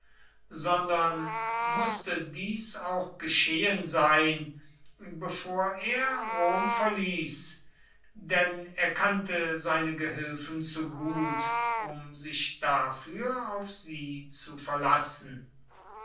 sondern wußte dies auch geschehen sein bevor er rom verließ denn er kannte seine gehilfen zu gut um sich dafür auf sie zu verlassen